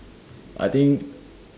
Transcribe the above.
I think